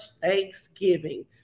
thanksgiving